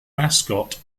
mascot